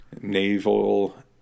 naval